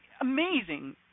amazing